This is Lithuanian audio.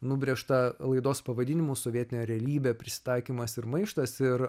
nubrėžtą laidos pavadinimu sovietinė realybė prisitaikymas ir maištas ir